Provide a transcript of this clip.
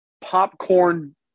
popcorn